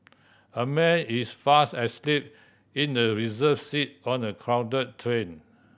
a man is fast asleep in a reserve seat on the crowd train